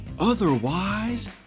Otherwise